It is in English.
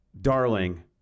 darling